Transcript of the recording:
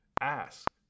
Ask